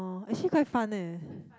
actually quite fun leh